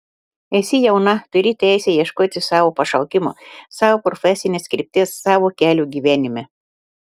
esi jauna turi teisę ieškoti savo pašaukimo savo profesinės krypties savo kelio gyvenime